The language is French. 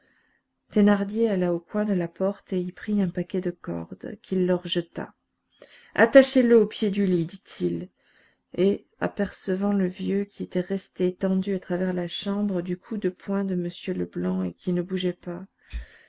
thénardier alla au coin de la porte et y prit un paquet de cordes qu'il leur jeta attachez le au pied du lit dit-il et apercevant le vieux qui était resté étendu à travers la chambre du coup de poing de m leblanc et qui ne bougeait pas